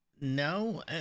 No